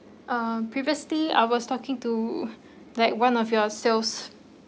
um previously I was talking to like one of your sales